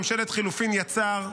ממשלת חילופים יצר,